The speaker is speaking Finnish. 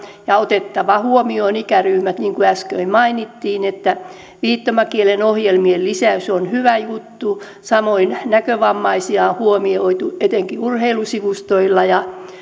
ja otettava huomioon ikäryhmät niin kuin äsken mainittiin viittomakielisten ohjelmien lisäys on hyvä juttu samoin näkövammaisia on huomioitu etenkin urheilusivustoilla ja